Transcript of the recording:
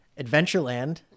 Adventureland